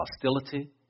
hostility